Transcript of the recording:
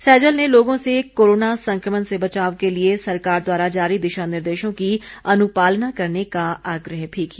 सैजल ने लोगों से कोरोना संक्रमण से बचाव के लिए सरकार द्वारा जारी दिशानिर्देशों की अनुपालना करने का आग्रह भी किया